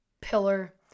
pillar